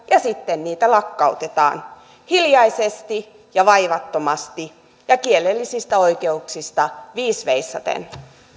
ja sitten niitä lakkautetaan hiljaisesti ja vaivattomasti ja kielellisistä oikeuksista viis veisaten